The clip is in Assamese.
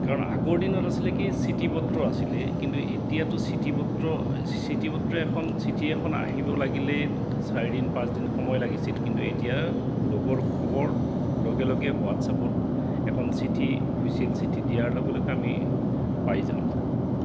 কাৰণ আগৰ দিনত আছিলে কি চিঠি পত্ৰ আছিলে কিন্তু এতিয়াতো চিঠি পত্ৰ চিঠি পত্ৰ এখন চিঠি এখন আহিব লাগিলে চাৰিদিন পাঁচদিন সময় লাগিছিল কিন্তু এতিয়া লগৰ খবৰ লগে লগে হোৱাটছপত এখন চিঠি অফিচিয়েল চিঠি দিয়াৰ লগে লগে আমি পাই যাওঁ